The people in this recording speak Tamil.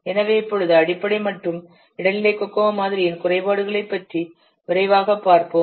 எனவே இப்பொழுது அடிப்படை மற்றும் இடைநிலை கோகோமோ மாதிரியின் குறைபாடுகளைப் பற்றி விரைவாகப் பார்ப்போம்